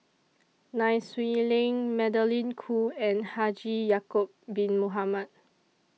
Nai Swee Leng Magdalene Khoo and Haji Ya'Acob Bin Mohamed